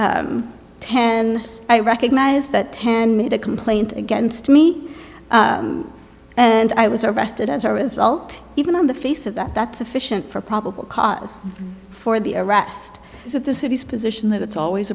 ten i recognize that ten made a complaint against me and i was arrested as a result even in the face of that that's sufficient for probable cause for the arrest of the city's position that it's always